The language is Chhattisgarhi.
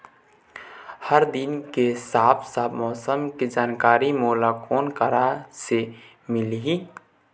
हर दिन के साफ साफ मौसम के जानकारी मोला कोन करा से मिलही?